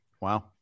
Wow